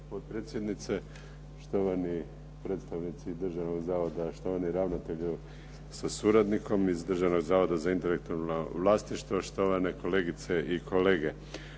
potpredsjednice, štovani predstavnici državnog zavoda, štovani ravnatelju sa suradnikom iz Državnog zavoda za intelektualno vlasništvo, štovane kolegice i kolege.